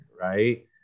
right